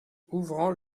ouvrant